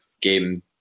game